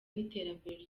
n’iterambere